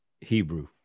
Hebrew